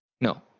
No